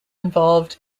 involved